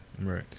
Right